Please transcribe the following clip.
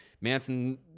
Manson